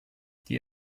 die